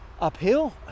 uphill